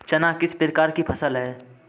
चना किस प्रकार की फसल है?